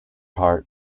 heart